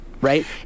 right